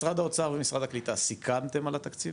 משרד האוצר ומשרד הקליטה סיכמתם על התקציב?